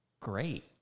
Great